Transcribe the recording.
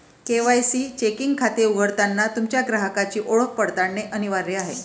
KYC checking खाते उघडताना तुमच्या ग्राहकाची ओळख पडताळणे अनिवार्य आहे